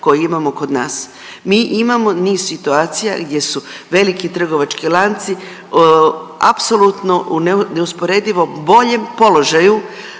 koju imamo kod nas. Mi imamo niz situacija gdje su veliki trgovački lanci apsolutno neusporedivo boljem položaju